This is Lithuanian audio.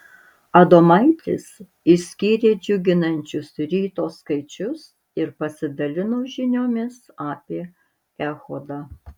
adomaitis išskyrė džiuginančius ryto skaičius ir pasidalino žiniomis apie echodą